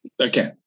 Okay